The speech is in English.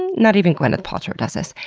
and not even gwyneth paltrow does this.